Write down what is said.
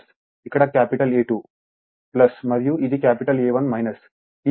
ఇక్కడ capital A 2 మరియు ఇది క్యాపిటల్ A1